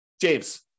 James